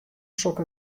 sokke